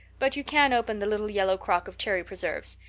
but you can open the little yellow crock of cherry preserves.